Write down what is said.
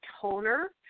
toner